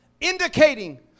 indicating